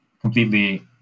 completely